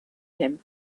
him